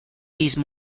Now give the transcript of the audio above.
these